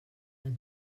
del